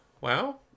Wow